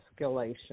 escalation